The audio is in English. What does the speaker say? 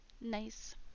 nice